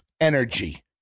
energy